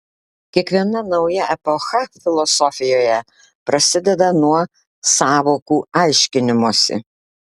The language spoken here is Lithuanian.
kiekviena nauja epocha filosofijoje prasideda nuo sąvokų aiškinimosi